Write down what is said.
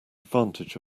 advantage